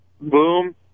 boom